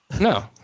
No